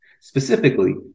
Specifically